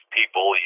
people